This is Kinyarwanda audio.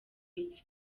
urupfu